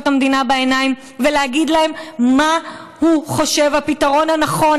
המדינה בעיניים ולהגיד להם מה הוא חושב הפתרון הנכון,